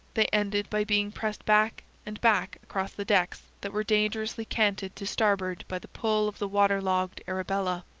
they ended by being pressed back and back across the decks that were dangerously canted to starboard by the pull of the water-logged arabella.